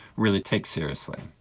really, take seriously.